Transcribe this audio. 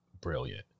brilliant